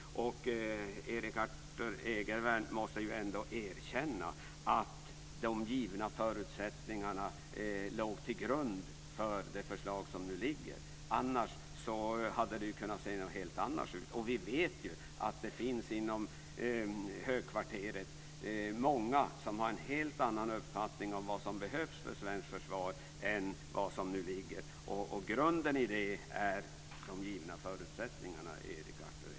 Erik Arthur Egervärn måste väl ändå kunna erkänna att de givna förutsättningarna låg till grund för det förslag som nu föreligger. Annars hade det ju kunnat se helt annorlunda ut. Vi vet att det på högkvarteret finns många som har en helt annan uppfattning om vad som behövs för det svenska försvaret än vad som nu ligger. Grunden i det är de givna förutsättningarna, Erik Arthur Egervärn!